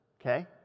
Okay